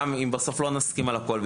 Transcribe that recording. גם אם בסוף לא נסכים על הכול.